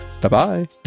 Bye-bye